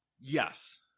Yes